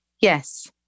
yes